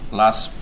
last